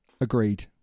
Agreed